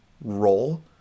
role